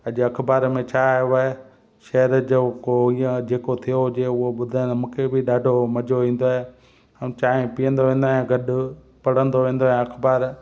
अॼु अख़बार में छा आयो आहे शहर जो को इहा जेको थियो हुजे उहो ॿुधाइण मूंखे बि ॾाढो मज़ो ईंदो आहे ऐं चांहि पीअंदो वेंदो आहियां गॾु पढ़ंदो वेंदो आहियां अख़बारु